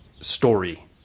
story